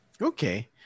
Okay